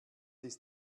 ist